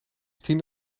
tien